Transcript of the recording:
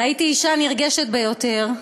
ראיתי אישה נרגשת ביותר,